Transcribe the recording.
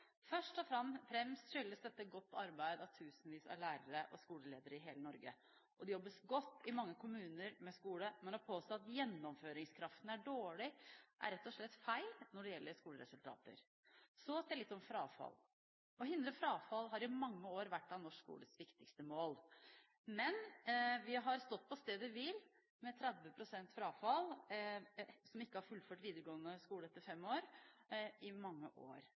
Først og fremst skyldes dette godt arbeid av tusenvis av lærere og skoleledere i hele Norge. Det jobbes godt i mange kommuner med skole, men å påstå at gjennomføringskraften er dårlig, er rett og slett feil når det gjelder skoleresultater. Så til litt om frafall. Å hindre frafall har i mange år vært et av norsk skoles viktigste mål. Men vi har i mange år stått på stedet hvil når det gjelder frafall, med 30 pst. som ikke har fullført videregående skole etter fem år.